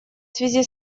связи